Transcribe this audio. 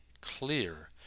clear